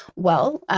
well,